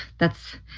that's